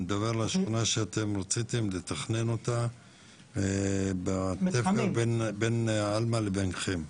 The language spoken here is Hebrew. אני מדבר על השכונה שאתם רציתם לתכנן אותה בתפר בין עלמה לבינכם .